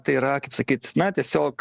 tai yra sakyt na tiesiog